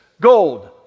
gold